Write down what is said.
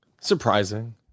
surprising